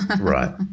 Right